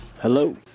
Hello